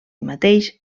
mateix